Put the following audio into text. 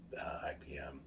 IPM